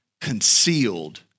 concealed